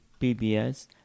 PBS